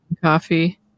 Coffee